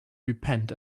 repent